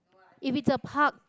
if it's a park